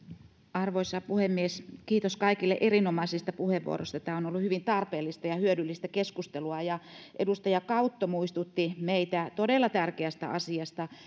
arvoisa puhemies kiitos kaikille erinomaisista puheenvuoroista tämä on ollut hyvin tarpeellista ja hyödyllistä keskustelua edustaja kautto muistutti meitä todella tärkeästä asiasta